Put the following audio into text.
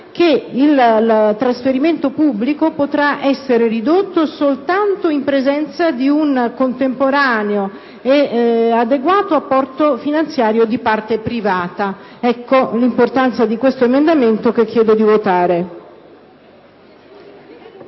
che detto trasferimento potrà essere ridotto soltanto in presenza di un contemporaneo ed adeguato apporto finanziario di parte privata. Da ciò scaturisce l'importanza di questo emendamento che chiedo di votare.